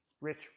Rich